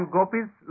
Gopi's